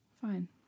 Fine